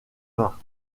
vin